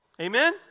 Amen